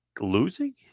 losing